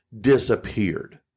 disappeared